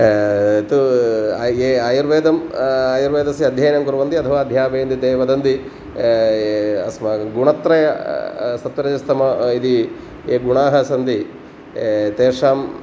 यत् ये आयुर्वेदं आयुर्वेदस्य अध्ययनं कुर्वन्ति अथवा अध्यापयन्ति ते वदन्ति अस्माकं गुणत्रय सत्वरजस्तम इति ये गुणाः सन्ति तेषाम्